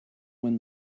when